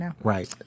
right